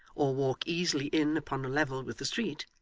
or walk easily in upon a level with the street,